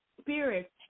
spirit